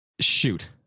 shoot